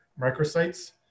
microsites